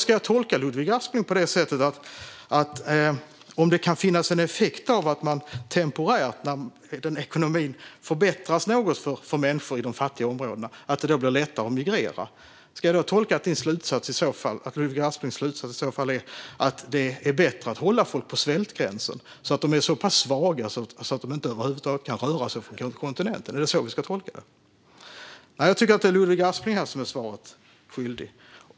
Ska jag tolka Ludvig Aspling så att om det kan finnas en effekt av att ekonomin temporärt förbättras något för människor i de fattiga områdena blir det lättare att migrera? Är Ludvig Asplings slutsats i så fall att det är bättre att hålla folk på svältgränsen så att de är så pass svaga att de över huvud taget inte kan röra sig från kontinenten? Det är Ludvig Aspling som är svaret skyldig.